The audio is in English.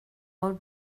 hold